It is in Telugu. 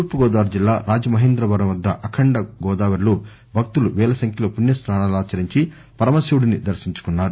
తూర్పుగోదావరి జిల్లా రాజమహేంద్రవరం వద్గ అఖండ గోదావరిలో భక్తులు వేల సంఖ్యలో పుణ్యస్సానాలు ఆచరించి పరమ శివుడిని దర్పించుకున్నారు